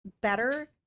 better